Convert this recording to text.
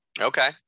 Okay